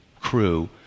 crew